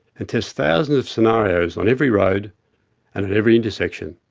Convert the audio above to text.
and test thousands of scenarios on every road and at every intersection.